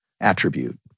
attribute